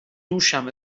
دوشم